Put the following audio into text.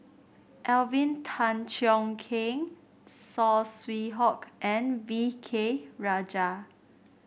Alvin Tan Cheong Kheng Saw Swee Hock and V K Rajah